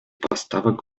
поставок